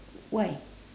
why